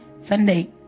Sunday